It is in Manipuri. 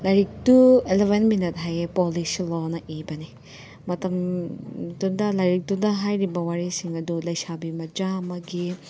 ꯂꯥꯏꯔꯤꯛꯇꯨ ꯑꯦꯂꯕꯦꯟ ꯃꯤꯅꯠ ꯍꯥꯏꯌꯦ ꯄꯥꯎꯂꯣ ꯁꯤꯜꯂꯣꯅ ꯏꯕꯅꯤ ꯃꯇꯝꯗꯨꯗ ꯂꯥꯏꯔꯤꯛꯇꯨꯗ ꯍꯥꯏꯔꯤꯕ ꯋꯥꯔꯤꯁꯤꯡ ꯑꯗꯨ ꯂꯩꯁꯥꯕꯤ ꯃꯆꯥ ꯑꯃꯒꯤ